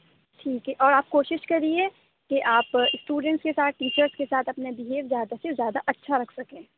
ٹھیک ہے اور آپ کوشش کریے کہ آپ اسٹوڈنٹس کے ساتھ ٹیچرس کے ساتھ اپنے بہیو زیادہ سے زیادہ اچھا رکھ سکیں